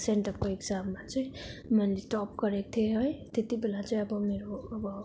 सेन्टअपको एक्जाममा चाहिँ मैले टप गरेको थिएँ है त्यति बेला चाहिँ अब मेरो अब